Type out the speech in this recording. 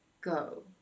go